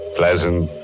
pleasant